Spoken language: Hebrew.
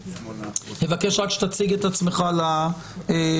אבקש רק שתציג את עצמך לפרוטוקול,